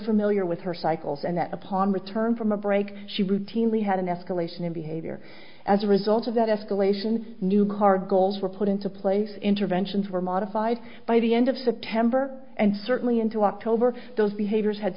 familiar with her cycles and that upon return from a break she routinely had an escalation in behavior as a result of that escalation new car goals were put into place interventions were modified by the end of september and certainly into october those behaviors had